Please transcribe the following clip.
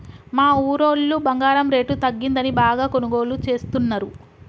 మా ఊరోళ్ళు బంగారం రేటు తగ్గిందని బాగా కొనుగోలు చేస్తున్నరు